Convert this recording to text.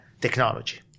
technology